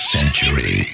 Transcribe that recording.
Century